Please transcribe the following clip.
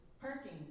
parking